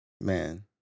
Man